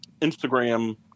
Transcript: Instagram